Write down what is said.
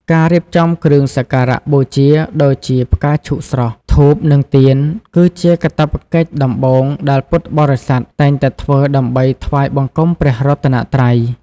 ការរៀបចំគ្រឿងសក្ការបូជាដូចជា ផ្កាឈូកស្រស់ ធូប និងទៀន គឺជាកាតព្វកិច្ចដំបូងដែលពុទ្ធបរិស័ទតែងតែធ្វើដើម្បីថ្វាយបង្គំព្រះរតនត្រ័យ។